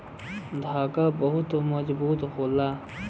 धागा बहुते मजबूत होला